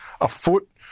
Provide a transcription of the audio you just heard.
afoot